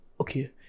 okay